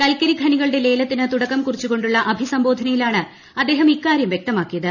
കൽക്കരി ഖനികളുടെ ലേലത്തിന് തുടക്കം കുറിച്ചുകൊണ്ടുള്ള അഭിസംബോധന യിലാണ് അദ്ദേഹം ഇക്കാരൃം വൃക്തമാക്കിയത്